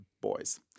boys